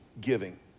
giving